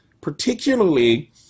particularly